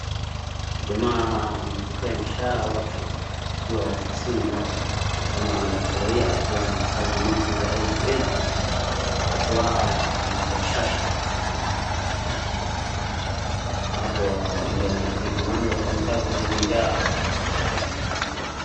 Jamaa amepokea mshahara wake akiwa ofisini mwake. Ni kama anafurahia akiwa ana hesabu noti za elfu elfu kwa furaha na bashasha. Hapo ndo anataka kujivijali.